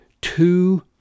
two